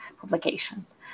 publications